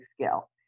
skill